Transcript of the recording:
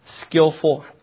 skillful